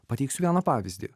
pateiksiu vieną pavyzdį